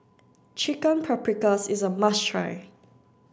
Chicken Paprikas is a must try